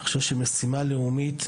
אני חושב שמשימה לאומית,